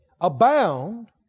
Abound